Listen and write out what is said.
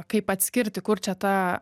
kaip atskirti kur čia ta